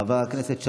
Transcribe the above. חבר הכנסת יבגני סובה,